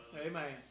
Amen